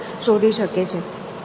તો તે બુદ્ધિશાળી હોઈ શકે છે